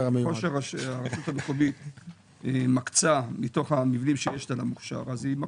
ככל שהרשות המקומית מקצה מתוך המבנים שיש לה למוכש"ר אז היא מקצה,